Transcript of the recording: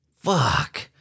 fuck